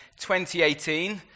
2018